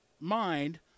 mind